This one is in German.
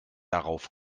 darauf